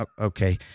Okay